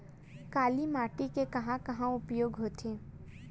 काली माटी के कहां कहा उपयोग होथे?